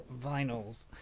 vinyls